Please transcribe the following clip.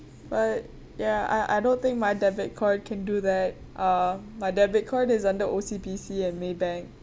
but ya I I don't think my debit card can do that uh my debit card is under O_C_B_C and Maybank